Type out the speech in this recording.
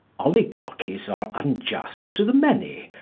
oligarchies are unjust to the many,